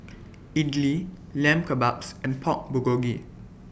Idili Lamb Kebabs and Pork Bulgogi